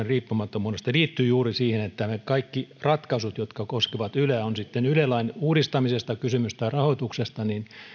riippumattomuudesta liittyy juuri siihen että nämä kaikki ratkaisut jotka koskevat yleä on sitten kysymys yle lain uudistamisesta tai rahoituksesta